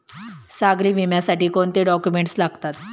सागरी विम्यासाठी कोणते डॉक्युमेंट्स लागतात?